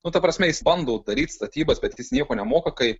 nu ta prasme jis bando daryt statybas bet jis nieko nemoka kai